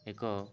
ଏକ